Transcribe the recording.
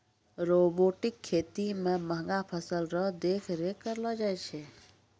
robotic खेती मे महंगा फसल रो देख रेख करलो जाय छै